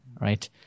Right